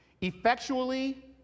effectually